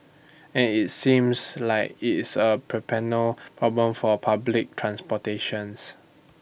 and IT seems like it's A perennial problem for public transportation